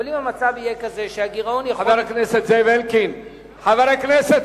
אבל אם המצב יהיה כזה שהגירעון, חבר הכנסת